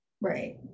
Right